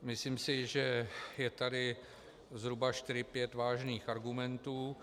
Myslím si, že je tady zhruba čtyři, pět vážných argumentů.